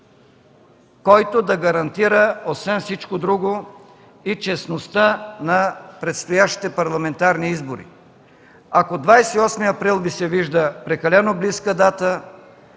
който да гарантира, освен всичко друго, и честността на предстоящите парламентарни избори. Ако 28 април Ви се вижда прекалено близка дата,